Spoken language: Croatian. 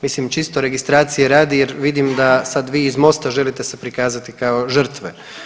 Mislim, čisto registracije radi jer vidim da sad vi iz Mosta želite se prikazati kao žrtve.